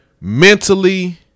Mentally